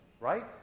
right